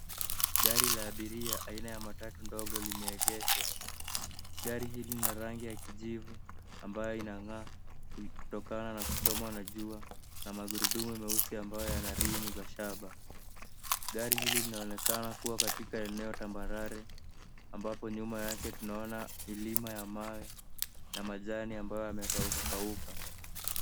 Gari la abiria aina ya matatu ndogo limeegeshwa. Gari hili lina rangi ya kijivu ambayo inang'aa kutokana na kuchomwa na jua na magurudumu meusi ambayo yana rimu za shaba. Gari hili linaonekana kuwa katika eneo tambarare ambapo nyuma yake tunaona milima ya mawe na majani ambayo yamekaukakauka.